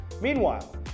Meanwhile